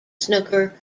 snooker